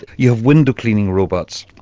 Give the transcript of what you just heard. you have window cleaning robots,